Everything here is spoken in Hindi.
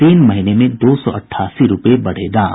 तीन महीने में दो सौ अठासी रूपये बढ़े दाम